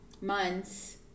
months